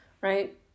right